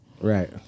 Right